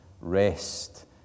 rest